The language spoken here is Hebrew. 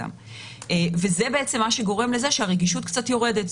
זה מה שגורם לזה שהרגישות קצת יורדת.